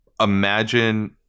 Imagine